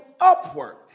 upward